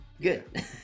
good